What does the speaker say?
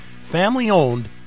family-owned